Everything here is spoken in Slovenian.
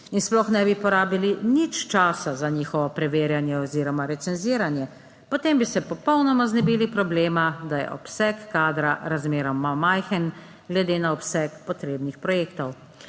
in sploh ne bi porabili nič časa za njihovo preverjanje oziroma recenziranje; potem bi se popolnoma znebili problema, da je obseg kadra razmeroma majhen glede na obseg potrebnih projektov.